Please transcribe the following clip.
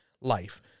life